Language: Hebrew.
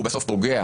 בסוף הוא פוגע